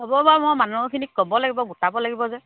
হ'ব বাৰু মই মানুহখিনিক ক'ব লাগিব গোটাব লাগিব যে